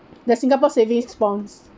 the singapore savings bonds